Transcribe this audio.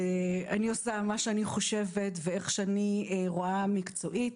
אבל אני עושה מה שאני חושבת ואיך שאני רואה מקצועית.